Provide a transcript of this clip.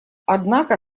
однако